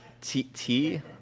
T-T